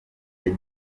ati